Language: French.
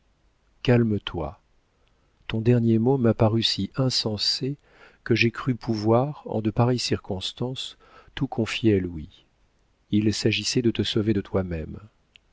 calme-toi ton dernier mot m'a paru si insensé que j'ai cru pouvoir en de pareilles circonstances tout confier à louis il s'agissait de te sauver de toi-même